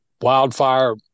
wildfire